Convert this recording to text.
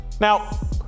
Now